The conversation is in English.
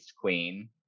queen